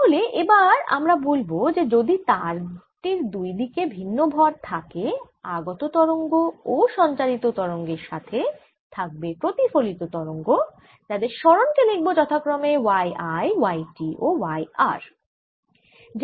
তাহলে এবার আমরা বলব যে যদি তার টির দুই দিকে ভিন্ন ভর থাকে আগত তরঙ্গ ও সঞ্চারিত তরঙ্গের সাথে থাকবে প্রতিফলিত তরঙ্গ যাদের সরণ কে লিখব যথাক্রমে y I y t ও y r